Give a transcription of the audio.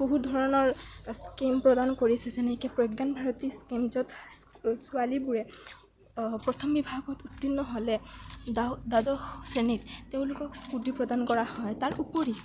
বহু ধৰণৰ স্কীম প্ৰদান কৰিছে যেনেকে প্ৰজ্ঞান ভাৰতী স্কীম য'ত ছোৱালীবোৰে প্ৰথম বিভাগত উত্তিৰ্ণ হ'লে দ্বাদশ শ্ৰেণীত তেওঁলোকক স্কুটী প্ৰদান কৰা হয় তাৰ উপৰি